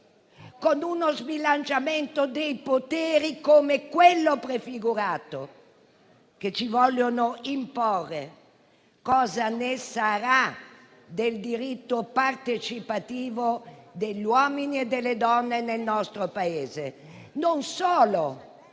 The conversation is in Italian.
con uno sbilanciamento dei poteri come quello prefigurato, che ci vogliono imporre, cosa ne sarà del diritto partecipativo degli uomini e delle donne nel nostro Paese. Non solo.